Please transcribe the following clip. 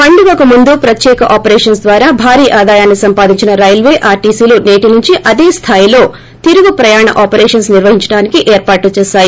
పండగకు ముందు ప్రత్యేక ఆపరేషన్స్ ద్వారా భారీ ఆదాయాన్సి సంపాదించిన రైల్వే ఆర్టీసీలు నేటినుంచి అదే స్థాయిలో తిరుగు ప్రయాణికి ప్రయ ఆపరేషన్స్ నిర్వహించటానికి ఏర్పాట్లు చేసాయి